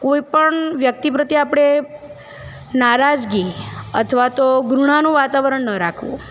કોઈ પણ વ્યક્તિ પ્રત્યે આપણે નારાજગી અથવા તો ઘૃણાનું વાતાવરણ ન રાખવું